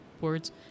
words